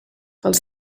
els